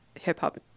hip-hop